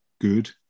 good